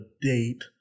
date